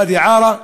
ואדי-עארה,